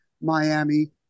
Miami